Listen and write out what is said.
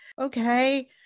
Okay